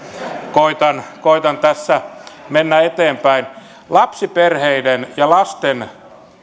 koetan koetan tässä mennä eteenpäin lapsiperheiden ja lasten